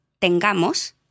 tengamos